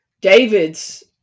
David's